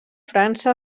frança